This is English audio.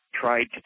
tried